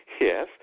Yes